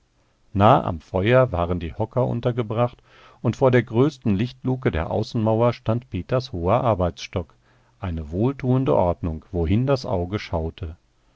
nah am feuer waren die hocker untergebracht und vor der größten lichtluke der außenmauer stand peters hoher arbeitsstock eine wohltuende ordnung wohin das auge schaute